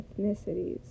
ethnicities